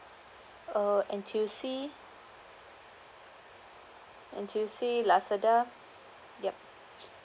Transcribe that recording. uh N_T_U_C N_T_U_C Lazada yup